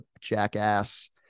jackass